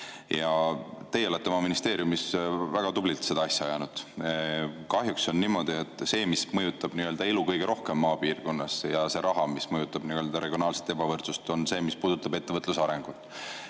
Teie olete oma ministeeriumis väga tublilt seda asja ajanud. Kahjuks on niimoodi, et see, mis mõjutab elu kõige rohkem maapiirkonnas, ja see raha, mis mõjutab regionaalset ebavõrdsust, on see, mis puudutab ettevõtluse arengut.